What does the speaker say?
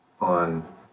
on